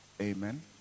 Amen